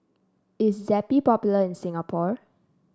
is Zappy popular in Singapore